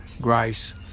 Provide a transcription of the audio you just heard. grace